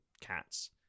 Cats